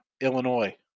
Illinois